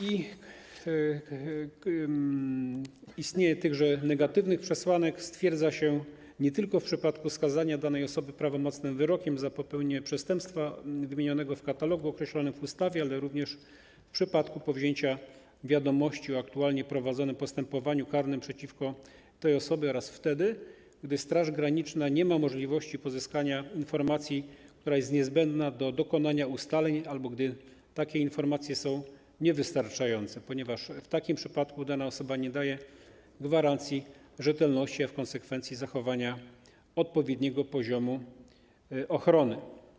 Istnienie tychże negatywnych przesłanek stwierdza się nie tylko w przypadku skazania danej osoby prawomocnym wyrokiem za popełnienie przestępstwa wymienionego w katalogu określonym w ustawie, ale również w przypadku powzięcia wiadomości o aktualnie prowadzonym postępowaniu karnym przeciwko tej osobie oraz wtedy, gdy Straż Graniczna nie ma możliwości pozyskania informacji, która jest niezbędna do dokonania ustaleń, albo gdy takie informacje są niewystarczające, ponieważ w takim przypadku dana osoba nie daje gwarancji rzetelności, a w konsekwencji zachowania odpowiedniego poziomu ochrony.